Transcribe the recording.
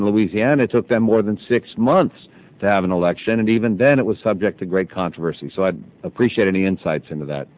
in louisiana took them more than six months to have an election and even then it was subject to great controversy so i'd appreciate any insights into that